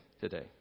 today